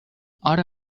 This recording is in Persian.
اوه